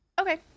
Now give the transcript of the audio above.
Okay